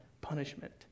punishment